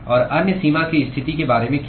और अन्य सीमा की स्थिति के बारे में क्या